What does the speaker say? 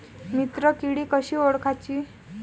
मित्र किडी कशी ओळखाची?